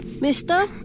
Mister